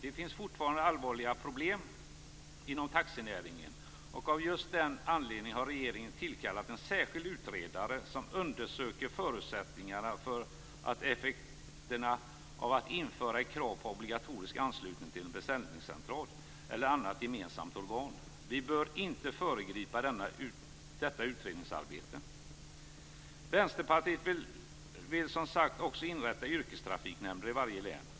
Det finns fortfarande allvarliga problem inom taxinäringen, och av just den anledningen har regeringen tillkallat en särskild utredare som undersöker förutsättningarna för och effekterna av att införa ett krav på obligatoriskt anslutning till en beställningscentral eller annat gemensamt organ. Vi bör inte föregripa detta utredningsarbete. Vänsterpartiet vill som sagt också inrätta yrkestrafiknämnder i varje län.